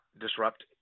disrupt